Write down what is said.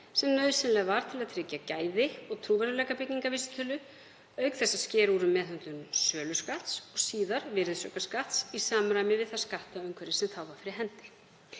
var nauðsynleg til að tryggja gæði og trúverðugleika byggingarvísitölu, auk þess að skera úr um meðhöndlun söluskatts og síðar virðisaukaskatts í samræmi við það skattumhverfi sem þá var fyrir hendi.